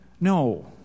No